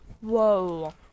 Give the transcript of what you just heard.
Whoa